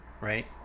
right